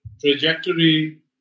trajectory